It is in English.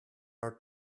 are